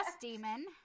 demon